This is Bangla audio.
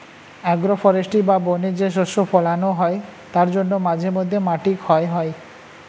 আগ্রো ফরেষ্ট্রী বা বনে যে শস্য ফোলানো হয় তার জন্য মাঝে মধ্যে মাটি ক্ষয় হয়